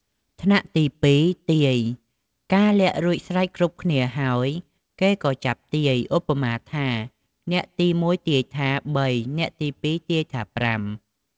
ថ្នាក់ទី ២ ទាយ កាលលាក់រួចស្រេចគ្រប់គ្នាហើយ គេក៏ចាប់ទាយ ឧបមាថា អ្នកទី ១ ទាយថា ៣ អ្នកទី ២ ទាយថា ៥។